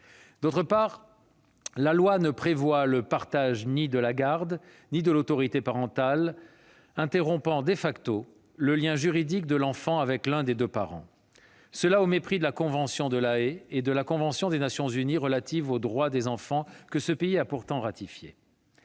ailleurs, la loi ne prévoit le partage ni de la garde ni de l'autorité parentale, interrompant le lien juridique de l'enfant avec l'un de ses deux parents, et ce au mépris de la convention de La Haye et de la convention des Nations unies relative aux droits de l'enfant, traités que ce pays a pourtant ratifiés.